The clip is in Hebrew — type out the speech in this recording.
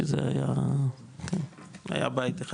כי זה היה בית אחד כזה.